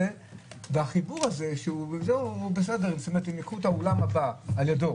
זאת אומרת, אם ייקחו את האולם הבא על ידו